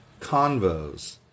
Convos